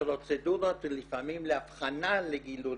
ופרוצדורות לפעמים לאבחנה לגידולים.